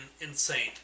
insane